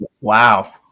Wow